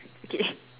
okay